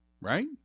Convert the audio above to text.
Right